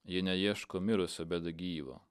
ji neieško mirusio bet gyvo